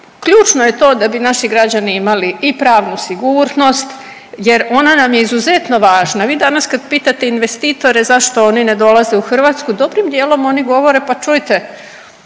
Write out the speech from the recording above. ključno je to da bi naši građani imali i pravnu sigurnost jer, ona nam je izuzetno važna. Vi danas kad pitate investitore zašto oni ne dolaze u Hrvatsku, dobrim dijelom oni govore pa čujte,